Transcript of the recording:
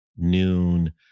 noon